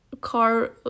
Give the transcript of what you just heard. car